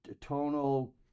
tonal